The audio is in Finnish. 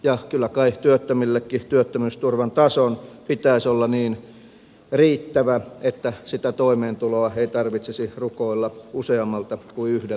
ja kyllä kai työttömillekin työttömyysturvan tason pitäisi olla niin riittävä että sitä toimeentuloa ei tarvitsisi rukoilla useammalta kuin yhdeltä luukulta